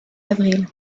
avril